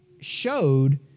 Showed